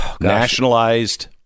nationalized